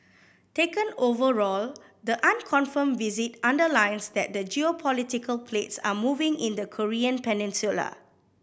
taken overall the unconfirmed visit underlines that the geopolitical plates are moving in the Korean Peninsula